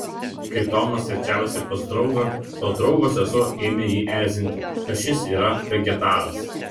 kai tomas svečiavosi pas draugą to draugo sesuo ėmė jį erzinti kad šis yra vegetaras